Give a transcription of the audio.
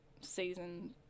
season